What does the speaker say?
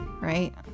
right